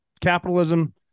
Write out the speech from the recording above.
capitalism